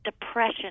depression